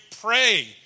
pray